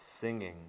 singing